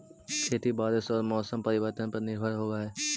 खेती बारिश आऊ मौसम परिवर्तन पर निर्भर होव हई